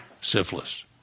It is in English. syphilis